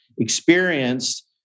experienced